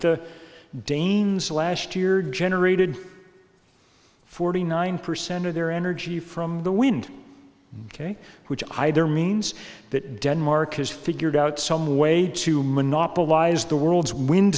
the danes last year generated forty nine percent of their energy from the wind ok which either means that denmark has figured out some way to monopolize the world's wind